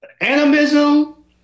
animism